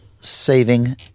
Saving